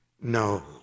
no